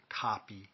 copy